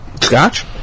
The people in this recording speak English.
Scotch